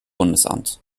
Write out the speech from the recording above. bundesamt